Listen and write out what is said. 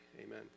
Amen